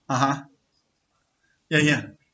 (uh huh) ya ya